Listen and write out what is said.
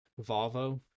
Volvo